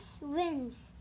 wins